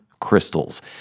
crystals